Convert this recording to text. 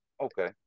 Okay